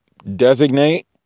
designate